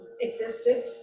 existed